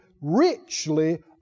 richly